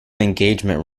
engagement